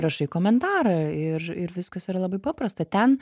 rašai komentarą ir ir viskas yra labai paprasta ten